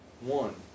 One